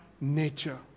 nature